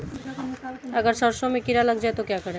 अगर सरसों में कीड़ा लग जाए तो क्या करें?